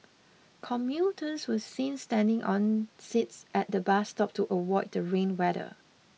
commuters were seen standing on seats at the bus stop to avoid the rain weather